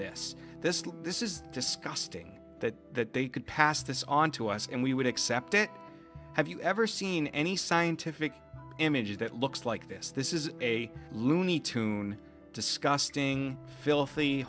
this this this is disgusting that they could pass this on to us and we would accept it have you ever seen any scientific images that looks like this this is a loony tune disgusting filthy